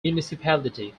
municipality